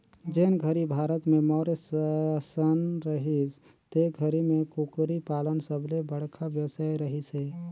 जेन घरी भारत में मौर्य सासन रहिस ते घरी में कुकरी पालन सबले बड़खा बेवसाय रहिस हे